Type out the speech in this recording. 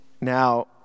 Now